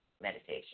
meditation